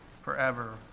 forever